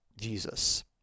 jesus